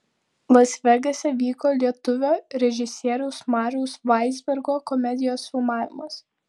las vegase vyko lietuvio režisieriaus mariaus vaizbergo komedijos filmavimas